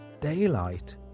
daylight